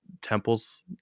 temples